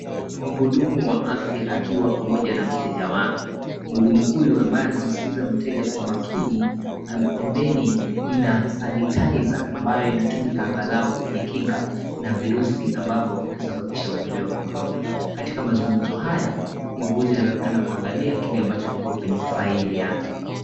Mhudumu wa afya akiwa pamoja na mteja wake. Mhudumu huyu ambaye anamsikiza mteja kwa makini. Pembeni mna sanitiser ambayo inatumika angalau kujikinga na virusi ambavyo vinasababisha ugonjwa wa Korona. Katika mazungumzo haya, mhuguzi anaonekana kuangalia kile ambacho kiko kwenye faili yake.